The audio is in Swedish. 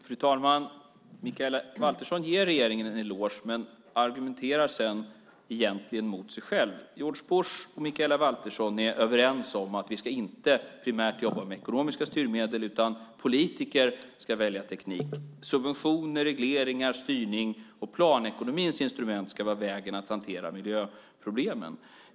Fru talman! Mikaela Valtersson ger regeringen en eloge men argumenterar sedan egentligen mot sig själv. George Bush och Mikaela Valtersson är överens om att vi inte primärt ska jobba med ekonomiska styrmedel, utan politiker ska välja teknik. Subventioner, regleringar, styrning och planekonomins instrument ska vara vägen att hantera miljöproblemen.